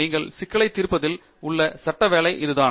நீங்கள் சிக்கலை தீர்ப்பதில் உள்ள சட்ட வேலை இதுதான்